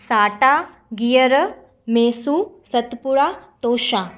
साटा गीहर मेसूं सतपुड़ा तोशा